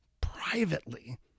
privately